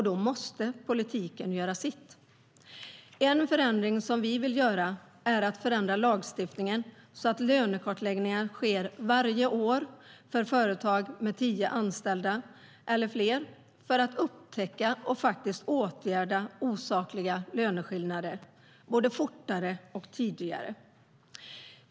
Då måste politiken göra sitt. Vi vill förändra lagstiftningen så att lönekartläggningar sker varje år för företag med tio eller fler anställda för att upptäcka och faktiskt åtgärda osakliga löneskillnader fortare och tidigare.